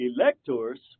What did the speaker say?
electors